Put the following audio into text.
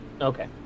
Okay